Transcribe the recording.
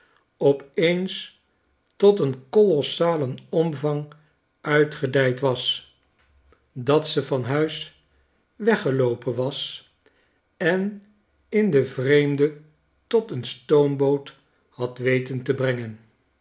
op eens tot een colossalen omvang uitgedijd was dat ze van huis w i eggeloopen was en t in den vreemde tot een stoomboot had weten te brengen